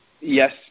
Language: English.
yes